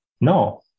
No